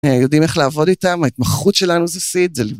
יודעים איך לעבוד איתם, ההתמחות שלנו זה סיד.